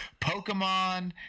pokemon